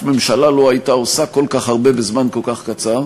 ממשלה לא הייתה עושה כל כך הרבה בזמן כל כך קצר,